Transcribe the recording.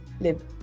live